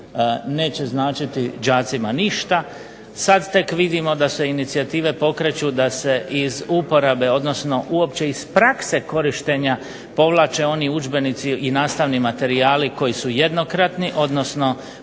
neće značiti đacima ništa. Sad tek vidimo da se inicijative pokreću da se iz uporabe, odnosno uopće iz prakse korištenja povlače oni udžbenici i nastavni materijali koji su jednokratni, odnosno